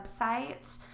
website